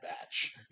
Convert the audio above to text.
Batch